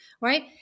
right